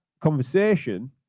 conversation